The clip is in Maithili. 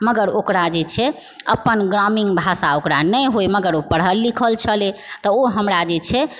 मगर ओकरा जे छै अपन ग्रामीण भाषा ओकरा नहि होय मगर ओ पढ़ल लिखल छलय तऽ ओ हमरा जे छै